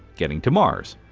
getting to mars.